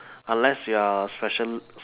unless you're are a special~